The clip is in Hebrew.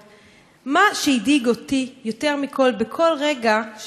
מה שהדאיג אותי יותר מכול בכל רגע שהייתה השרפה,